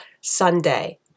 Sunday